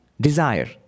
desire